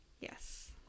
Yes